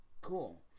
cool